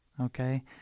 okay